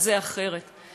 תשעה חודשים,